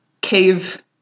cave